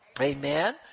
Amen